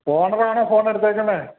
owner ആണോ phone എടുത്തിരിക്കുന്നത്